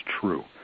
true